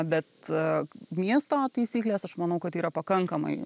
bet miesto taisyklės aš manau kad yra pakankamai